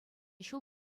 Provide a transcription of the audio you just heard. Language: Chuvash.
ҫул